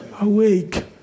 awake